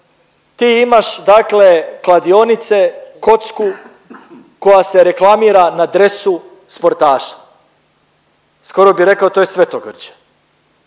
ti imaš dakle kladionice, kocku koja se reklamira na dresu sportaša. Skoro bi rekao to je svetogrđe,